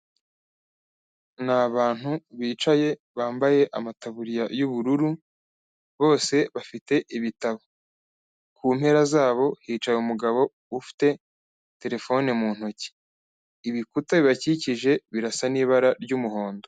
Ni abantu bicaye, bambaye amataburiya y'ubururu, bose bafite ibitabo. Kumpera zabo, hicaye umugabo ufite terefone mu ntoki. Ibikuta bibakikije birasa n'ibara ry'umuhondo.